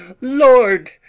Lord